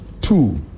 Two